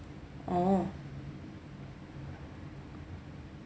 orh